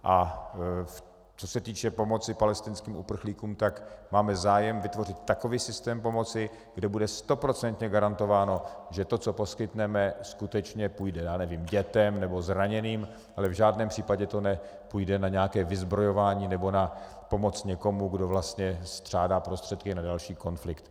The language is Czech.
A co se týče pomoci palestinským uprchlíkům, tak máme zájem vytvořit takový systém pomoci, kde bude stoprocentně garantováno, že to, co poskytneme, skutečně půjde, já nevím, dětem nebo zraněným, ale v žádném případě to nepůjde na nějaké vyzbrojování nebo na pomoc někomu, kdo vlastně střádá prostředky na další konflikt.